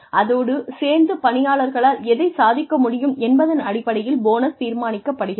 அதோடு சேர்த்து பணியாளர்களால் எதைச் சாதிக்க முடியும் என்பதன் அடிப்படையில் போனஸ் தீர்மானிக்கப்படுகிறது